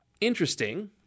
interesting